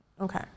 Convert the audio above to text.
Okay